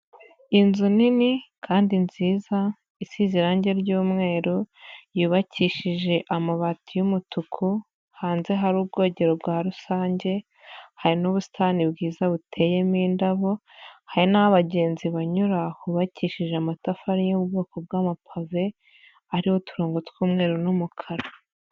Inzu nini kandi nziza isize irangi ry'umweru, yubakishije amabati y'umutuku hanze hari ubwogero rwa rusange, hari n'ubusitani bwiza buteyemo indabo hari n'aho abagenzi banyura hubakishije amatafari y'ubwoko bw'amapave, hariho uturongo tw'umweru n'umukara.